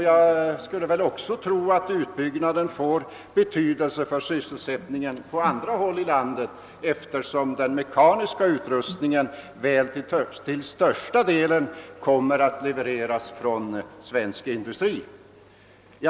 Jag skulle också tro att utbyggnaden får betydelse för sysselsättningen på andra håll i landet, eftersom den mekaniska utrustningen till största delen kommer att levereras från svensk industri.